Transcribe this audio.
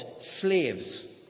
slaves